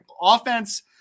Offense